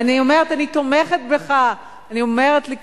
אני אומרת שאני תומכת בך,